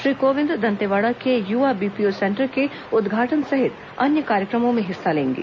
श्री कोविंद दंतेवाड़ा के युवा BPO centre का उद्घाटन सहित अन्य कार्यक्रमों में हिस्सा लेंगे